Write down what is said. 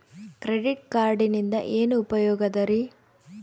Credit ಕಾರ್ಡಿನಿಂದ ಏನು ಉಪಯೋಗದರಿ?